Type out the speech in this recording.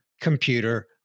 computer